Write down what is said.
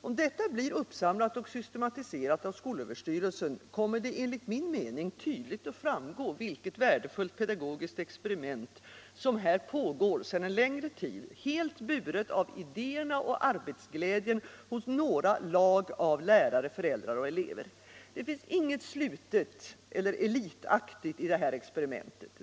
Om detta blir uppsamlat och systematiserat av skolöverstyrelsen, kommer det enligt min mening tydligt att framgå vilket värdefullt pedagogiskt experiment som här pågår sedan en längre tid, helt buret av idéerna och arbetsglädjen hos några lag av lärare, föräldrar och elever. Det finns inget slutet eller elitaktigt i detta experiment.